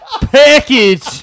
Package